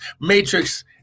matrix